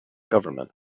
government